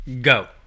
Go